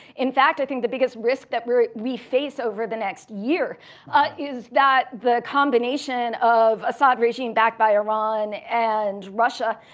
in fact, i think the biggest risk that we we face over the next year is that the combination of assad regime backed by iran and russia,